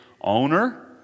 owner